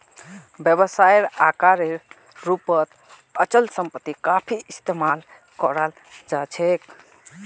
व्यवसायेर आकारेर रूपत अचल सम्पत्ति काफी इस्तमाल कराल जा छेक